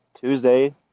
Tuesday